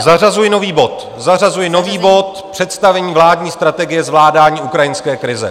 Zařazuji nový bod, zařazuji nový bod Představení vládní strategie zvládání ukrajinské krize.